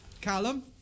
Callum